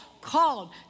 called